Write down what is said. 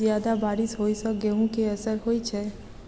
जियादा बारिश होइ सऽ गेंहूँ केँ असर होइ छै?